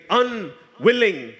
unwilling